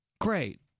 great